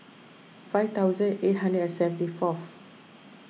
five thousand eight hundred and seventy fourth